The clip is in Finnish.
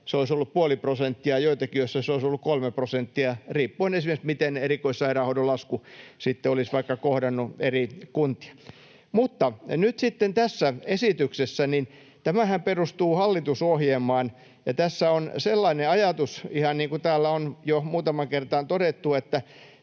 se olisi ollut puoli prosenttia, ja joitakin, joissa se olisi ollut kolme prosenttia, riippuen esimerkiksi siitä, miten erikoissairaanhoidon lasku sitten olisi vaikka kohdannut eri kuntia. Mutta nyt sitten tämä esityshän perustuu hallitusohjelmaan, ja tässä on sellainen ajatus, ihan niin kuin täällä on jo muutamaan kertaan todettu,